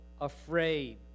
afraid